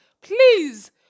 please